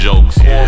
Jokes